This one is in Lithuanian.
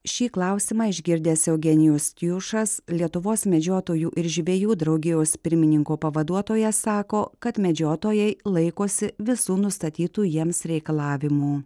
šį klausimą išgirdęs eugenijus tijušas lietuvos medžiotojų ir žvejų draugijos pirmininko pavaduotojas sako kad medžiotojai laikosi visų nustatytų jiems reikalavimų